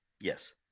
Yes